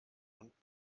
und